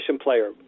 player